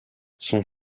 son